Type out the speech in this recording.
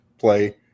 play